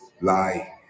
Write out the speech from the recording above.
lie